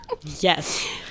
Yes